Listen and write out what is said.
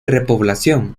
repoblación